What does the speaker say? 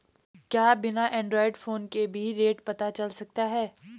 क्या बिना android phone के भी रेट पता चल सकता है?